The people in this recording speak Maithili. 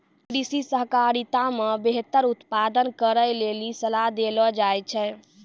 कृषि सहकारिता मे बेहतर उत्पादन करै लेली सलाह देलो जाय छै